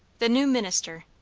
the new minister.